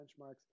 benchmarks